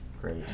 Great